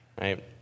right